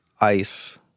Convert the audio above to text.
ice